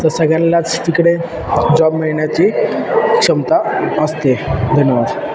तर सगळ्यालाच तिकडे जॉब मिळण्याची क्षमता असते धन्यवाद